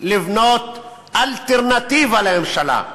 לבנות אלטרנטיבה לממשלה.